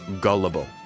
gullible